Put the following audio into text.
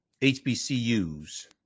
HBCUs